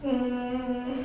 um